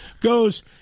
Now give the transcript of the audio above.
goes